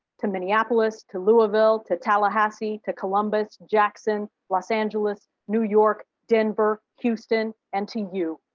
to minneapolis, to louisville, to tallahassee, to columbus, jackson, los angeles, new york, denver, houston, and to you.